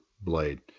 blade